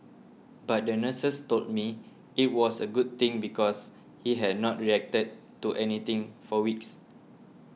but the nurses told me it was a good thing because he had not reacted to anything for weeks